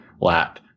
lap